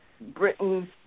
Britain